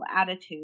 attitude